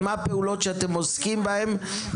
ומהן הפעולות שאתם עוסקים בהן,